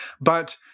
But-